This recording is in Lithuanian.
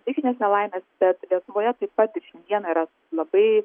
stichinės nelaimės bet lietuvoje taip pat viena yra labai